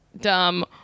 dumb